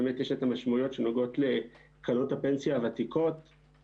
יש את המשמעויות שנוגעות לקרנות הפנסיה הוותיקות,